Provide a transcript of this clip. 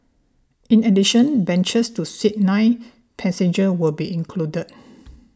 in addition benches to seat nine passengers will be included